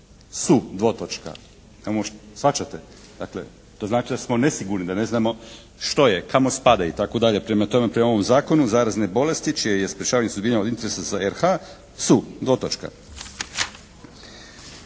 Nemamo, shvaćate? Dakle, to znači da smo nesigurni, da ne znamo što je, kamo spada itd. Prema tome: "Prema ovom Zakonu zarazne bolesti čije je sprječavanje i suzbijanje od interesa za RH su, dvotočka.